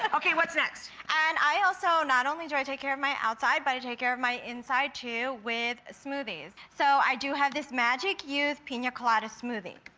but okay what's next. and i also not only do i take care of my outside but i take care of my inside too with smoothies. so i do have this magic youth pina colada smoothie.